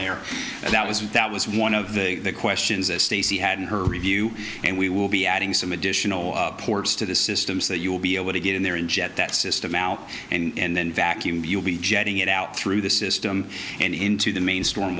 there and that was what that was one of the questions that stacy had in her review and we will be adding some additional ports to the system so that you'll be able to get in there in jet that system out and then vacuum you'll be jetting it out through the system and into the mainstream